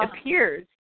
appears